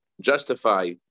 justify